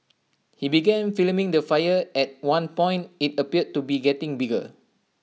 he began filming the fire at one point IT appeared to be getting bigger